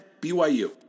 BYU